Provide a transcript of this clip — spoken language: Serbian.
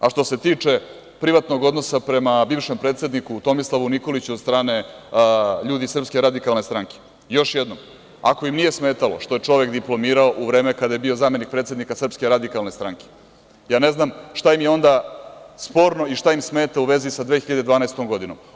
A što se tiče privatnog odnosa prema bivšem predsedniku Tomislavu Nikoliću od strane ljudi iz SRS, još jednom, ako im nije smetalo što je čovek diplomirao u vreme kada je bio zamenik predsednika SRS, ne znam šta im je onda sporno i šta im smeta u vezi sa 2012. godinom.